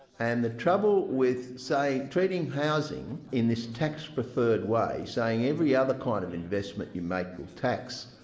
and the trouble with, say treating housing in this tax-preferred way, saying every other kind of investment you make with tax,